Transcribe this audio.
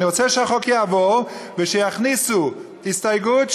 אני רוצה שהחוק יעבור ושיכניסו הסתייגות,